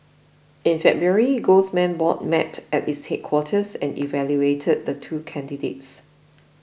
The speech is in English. in February golds man board met at its headquarters and evaluated the two candidates